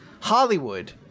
Hollywood